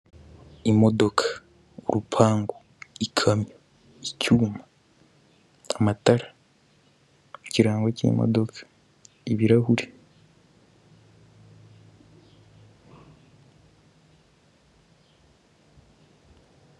Imodoka, urupangu, ikamyo, icyuma, amatara, ikirango cy'imodoka, ibirahure.